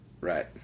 Right